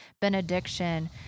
benediction